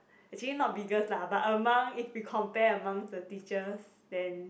actually not biggest lah but among if we compare among the teachers then